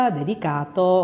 dedicato